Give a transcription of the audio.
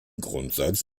grundsatz